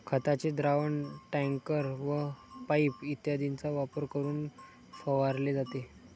खताचे द्रावण टँकर व पाइप इत्यादींचा वापर करून फवारले जाते